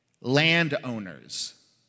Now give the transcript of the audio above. landowners